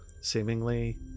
seemingly